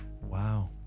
Wow